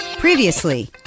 Previously